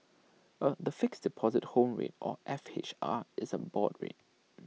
er the Fixed Deposit Home Rate or F H R is A board rate